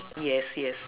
yes yes